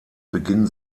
beginn